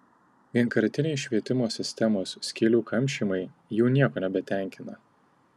vienkartiniai švietimo sistemos skylių kamšymai jau nieko nebetenkina